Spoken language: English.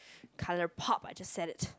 Colorpop I just said it